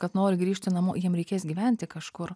kad nori grįžti namo jiems reikės gyventi kažkur